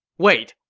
wait!